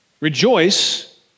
Rejoice